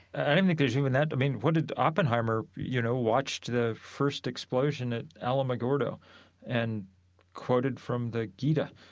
i think there's even that. i mean, what did oppenheimer, you know, watched the first explosion at alamogordo and quoted from the gita,